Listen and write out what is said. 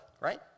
right